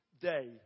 day